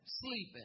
sleeping